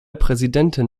präsidenten